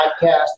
podcast